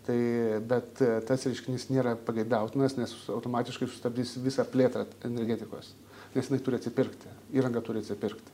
tai bet tas reiškinys nėra pageidautinas nes automatiškai sustabdys visą plėtra energetikos nes jinai turi atsipirkti įranga turi atsipirkt